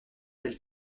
belle